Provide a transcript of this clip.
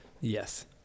Yes